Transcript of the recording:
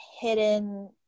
hidden